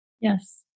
Yes